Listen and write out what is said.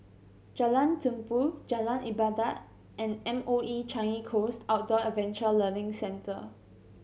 Jalan Tumpu Jalan Ibadat and M O E Changi Coast Outdoor Adventure Learning Centre